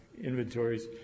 inventories